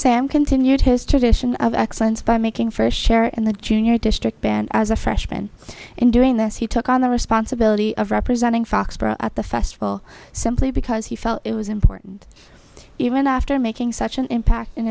sam continued his tradition of excellence by making fresh air in the junior district band as a freshman and during this he took on the responsibility of representing fox at the festival simply because he felt it was important even after making such an impact in